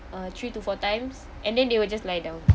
uh three to four times and then they will just lie down